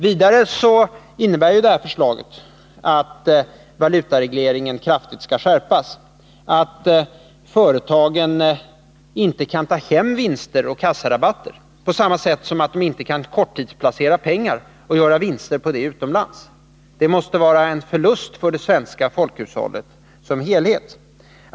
För det tredje innebär förslaget att valutaregleringen kraftigt skall skärpas, att företagen inte kan ta hem vinster och kassarabatter liksom att de inte heller kan korttidsplacera pengar och göra vinster på dem utomlands. Det måste vara en förlust för det svenska folkhushållet som helhet.